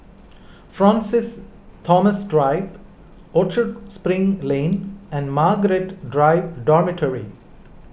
Francis Thomas Drive Orchard Spring Lane and Margaret Drive Dormitory